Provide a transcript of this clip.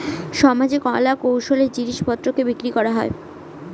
সমাজে কলা কৌশলের জিনিস পত্রকে বিক্রি করা হয়